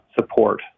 support